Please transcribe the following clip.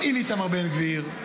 עם איתמר בן גביר.